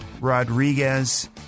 Rodriguez